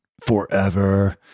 forever